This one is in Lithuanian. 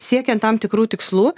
siekiant tam tikrų tikslų